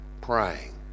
praying